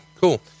cool